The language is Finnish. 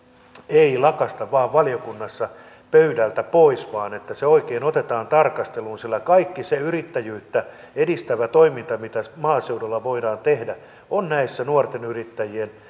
ei lakaista vain valiokunnassa pöydältä pois vaan se oikein otetaan tarkasteluun sillä kaikki se yrittäjyyttä edistävä toiminta mitä maaseudulla voidaan tehdä on nuorten yrittäjien